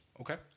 Okay